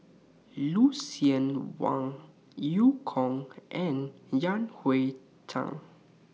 Lucien Wang EU Kong and Yan Hui Chang